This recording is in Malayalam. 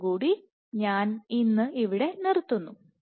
അതോടുകൂടി ഞാൻ ഇന്ന് ഇവിടെ നിർത്തുന്നു